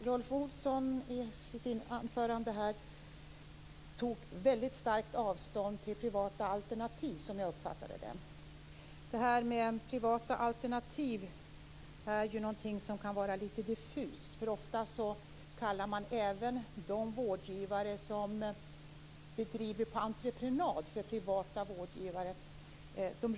Fru talman! Jag uppfattade att Rolf Olsson tog starkt avstånd till privata alternativ. Privata alternativ är något som kan vara lite diffust. Ofta kallar man även den vård som bedrivs på entreprenad för privat vård.